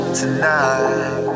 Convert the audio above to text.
tonight